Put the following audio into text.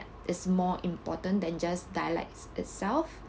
is more important than just dialects itself